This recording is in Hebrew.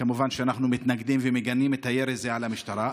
וכמובן שאנחנו מתנגדים ומגנים את הירי הזה על המשטרה,